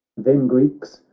then greeks,